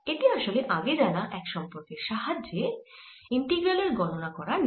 এটি আসলে আগে জানা এক সম্পর্কের সাহায্যে ইন্টিগ্রালের গণনা করা নিয়ে